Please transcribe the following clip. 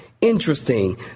Interesting